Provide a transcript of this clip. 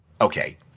Okay